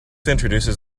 introduces